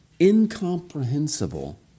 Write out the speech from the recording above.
incomprehensible